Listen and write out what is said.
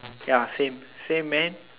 ya same same man